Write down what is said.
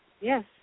Yes